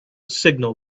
signal